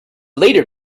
later